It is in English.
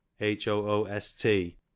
h-o-o-s-t